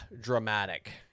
dramatic